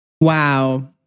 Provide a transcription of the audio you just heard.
Wow